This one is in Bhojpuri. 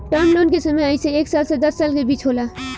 टर्म लोन के समय अइसे एक साल से दस साल के बीच होला